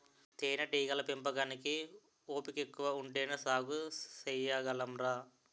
తేనేటీగల పెంపకానికి ఓపికెక్కువ ఉంటేనే సాగు సెయ్యగలంరా